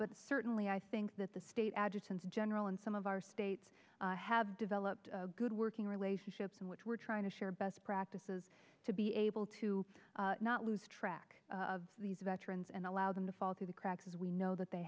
but certainly i think that the state adjutant general and some of our states have developed a good working relationship in which we're trying to share best practices to be able to not lose track of these veterans and allow them to fall through the cracks as we know th